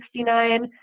1969